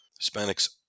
Hispanics